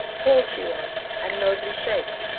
tall she was, and nobly shaped,